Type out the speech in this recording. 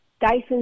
Dyson